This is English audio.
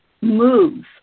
move